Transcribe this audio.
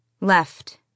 Left